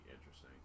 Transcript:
interesting